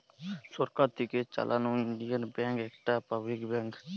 সরকার থিকে চালানো Indian bank একটা পাবলিক ব্যাঙ্ক